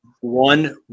one